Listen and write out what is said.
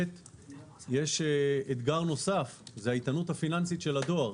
יש אתגר נוסף, וזה האיתנות הפיננסית של הדואר.